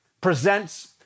presents